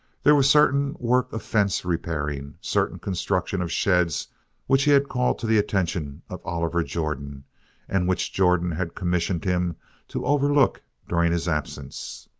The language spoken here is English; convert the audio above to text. there was certain work of fence-repairing, certain construction of sheds which he had called to the attention of oliver jordan and which jordan had commissioned him to overlook during his absence.